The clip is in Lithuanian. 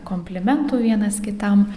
komplimentų vienas kitam